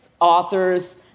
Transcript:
authors